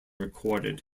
recorded